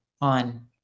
on